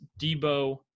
Debo